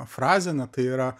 frazė na tai yra